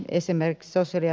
esimerkissä selviä